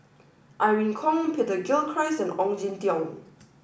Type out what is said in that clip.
Irene Khong Peter Gilchrist and Ong Jin Teong